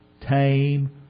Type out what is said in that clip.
tame